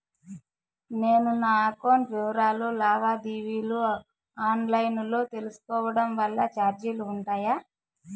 నేను నా అకౌంట్ వివరాలు లావాదేవీలు ఆన్ లైను లో తీసుకోవడం వల్ల చార్జీలు ఉంటాయా?